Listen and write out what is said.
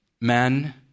Men